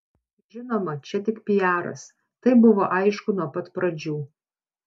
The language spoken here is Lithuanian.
žinoma čia tik piaras tai buvo aišku nuo pat pradžių